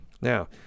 now